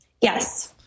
Yes